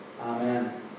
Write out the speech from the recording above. Amen